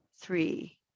three